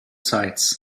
sides